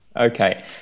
Okay